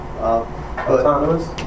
Autonomous